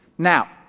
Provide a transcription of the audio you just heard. Now